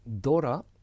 DORA